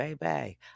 baby